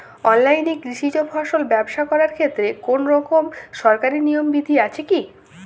অনলাইনে কৃষিজ ফসল ব্যবসা করার ক্ষেত্রে কোনরকম সরকারি নিয়ম বিধি আছে কি?